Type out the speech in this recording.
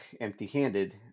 empty-handed